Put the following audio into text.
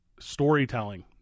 Storytelling